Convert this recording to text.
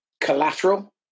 collateral